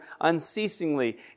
unceasingly